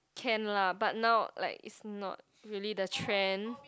can lah but now like it's not really the trend